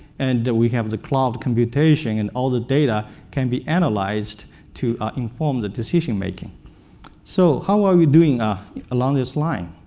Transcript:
and we have the cloud computation, and all the data can be analyzed to inform the decision so how are we doing ah along this line?